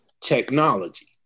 technology